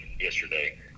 yesterday